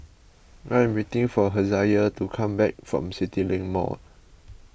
I am waiting for Hezekiah to come back from CityLink Mall